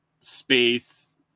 space